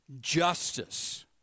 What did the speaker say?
Justice